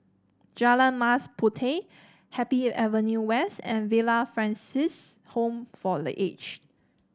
Jalan Mas Puteh Happy Avenue West and Villa Francis Home for The Aged